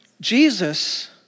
Jesus